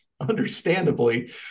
understandably